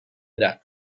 era